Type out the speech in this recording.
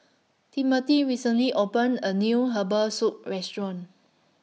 Timmothy recently opened A New Herbal Soup Restaurant